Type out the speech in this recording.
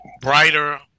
brighter